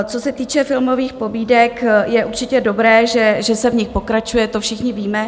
Co se týče filmových pobídek, je určitě dobré, že se v nich pokračuje, to všichni víme.